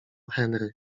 henry